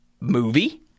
movie